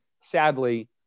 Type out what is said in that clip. sadly